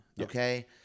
okay